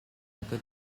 better